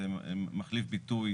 זה מחליף ביטוי